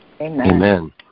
Amen